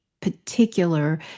particular